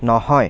নহয়